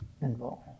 involved